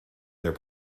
their